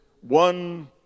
one